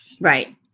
right